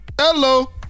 hello